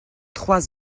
trois